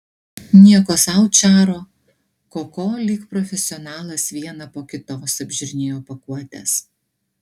nieko sau čaro koko lyg profesionalas vieną po kitos apžiūrinėjo pakuotes